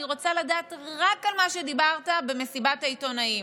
אני רוצה לדעת רק על מה שדיברת במסיבת העיתונאים,